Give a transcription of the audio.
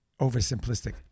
oversimplistic